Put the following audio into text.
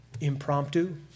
impromptu